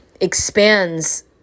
expands